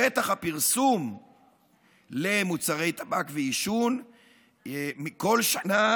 שטח הפרסום למוצרי טבק ועישון בכל שנה